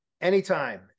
Anytime